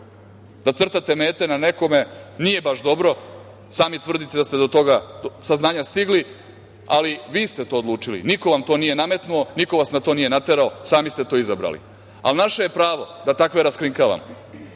Da crtate mete na nekome nije baš dobro. Sami tvrdite da ste do tog saznanja stigli, ali vi ste to odlučili, niko vam to nije nametnuo, niko vas na to nije naterao, sami ste to izabrali. Naše je pravo da takve raskrinkavamo,